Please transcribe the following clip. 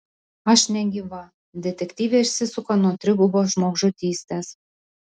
aš negyva detektyvė išsisuka nuo trigubos žmogžudystės